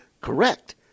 correct